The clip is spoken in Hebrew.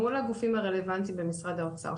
מול הגופים הרלוונטיים במשרד האוצר,